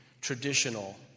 traditional